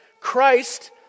Christ